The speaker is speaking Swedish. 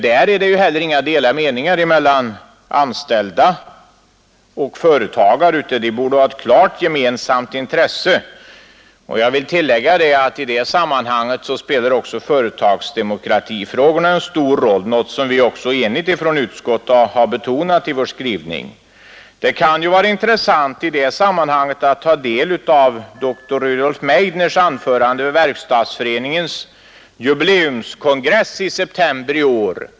Därvidlag råder inte heller några delade meningar mellan anställda och företagare, utan det borde vara ett klart gemensamt intresse, Jag vill tillägga att företagsdemokratifrågorna därvid spelar en stor roll, något som vi från utskottets sida också enhälligt har betonat i vår skrivning. Det kan vara intressant att i detta sammanhang ta del av dr Rudolf Meidners anförande vid Verkstadsföreningens jubileumskongress i september i år.